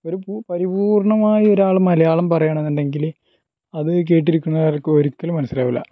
ഒരു പരിപൂര്ണ്ണമായ ഒരാൾ മലയാളം പറയണം എന്നുണ്ടെങ്കിൽ അത് കേട്ടിരിക്കുന്നവര്ക്ക് ഒരിക്കലും മനസ്സിലാവില്ല